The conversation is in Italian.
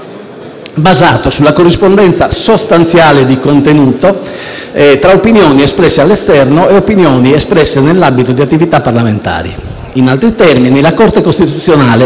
basato sulla corrispondenza sostanziale di contenuto tra opinioni espresse all'esterno e opinioni espresse nell'ambito di attività parlamentari. In altri termini, la Corte costituzionale,